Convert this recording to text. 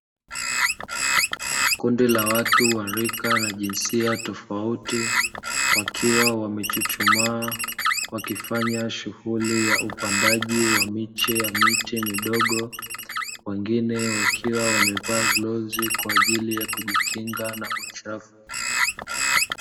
Kundi la watu wa rika na jinsia tofauti, wakiwa wamechuchumaa wakifanya shughuli ya upandaji wa miche ya miti midogo, wengine wakiwa wamevaa glovu kwa ajili kujikinga na uchafu.